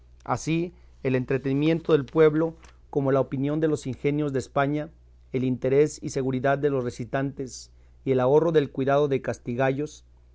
así el entretenimiento del pueblo como la opinión de los ingenios de españa el interés y seguridad de los recitantes y el ahorro del cuidado de castigallos